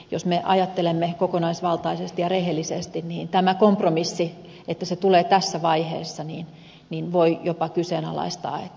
jos me ajattelemme kokonaisvaltaisesti ja rehellisesti niin tämän kompromissin kun se tulee tässä vaiheessa voi jopa kyseenalaistaa